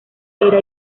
era